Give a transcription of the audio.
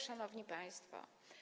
Szanowni Państwo!